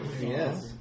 Yes